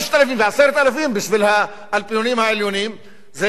בשביל האלפיונים העליונים זה כמו להתעטש.